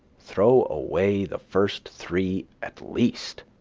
throw away the first three at least.